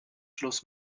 schluss